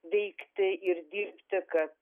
veikti ir dirbti kad